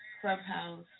clubhouse